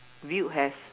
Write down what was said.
viewed as